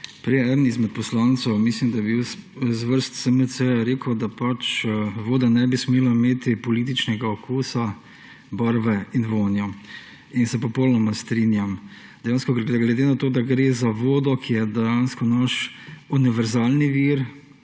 Prej eden izmed poslancev, mislim, da je bil z vrst SMC, rekel, da voda ne bi smela imeti političnega okusa, barve in vonja, in se popolnoma strinjam. Dejansko glede na to, da gre za vodo, ki je dejansko naš univerzalni vir,